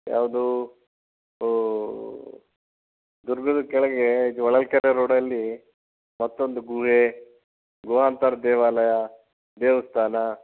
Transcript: ಯಾವುದು ದುರ್ಗದ ಕೆಳಗೆ ಹೊಳಲ್ಕೆರೆ ರೋಡಲ್ಲಿ ಮತ್ತೊಂದು ಗುಹೆ ಗುಹಾಂತರ ದೇವಾಲಯ ದೇವಸ್ಥಾನ